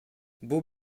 buca